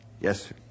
Yes